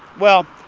well,